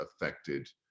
affected